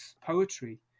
poetry